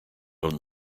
known